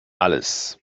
alles